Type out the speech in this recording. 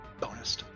bonus